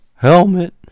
helmet